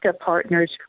partners